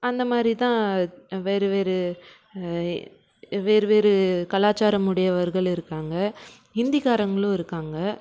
அந்த மாரி தான் வேறு வேறு வேறு வேறு கலாச்சாரமுடையவர்கள் இருக்காங்க இந்தி காரங்களும் இருக்காங்க